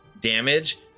damage